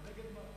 נגד מה?